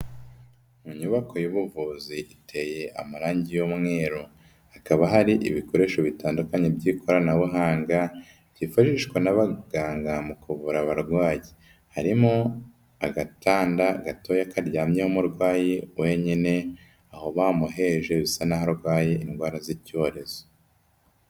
Mu nyubako y'ubuvuzi iteye amarangi y'umweru, hakaba hari ibikoresho bitandukanye by'ikoranabuhanga byifashishwa n'abaganga mu kuvura abarwayi, harimo agatanda gatoya karyamyeho umurwayi wenyine aho bamuheje usa n'aho arwaye indwara z'icyorezo.